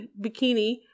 bikini